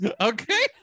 Okay